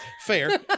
Fair